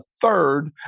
third